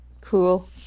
Cool